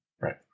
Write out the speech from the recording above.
right